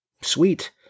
sweet